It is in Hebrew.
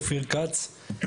אופיר כץ.